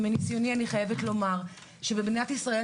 ומניסיוני אני חייבת לומר שבמדינת ישראל,